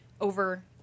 over